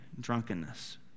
drunkenness